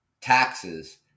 taxes